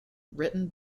written